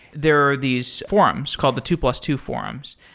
there are these forums called the two plus two forums.